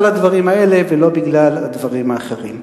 הדברים האלה ולא בגלל הדברים האחרים.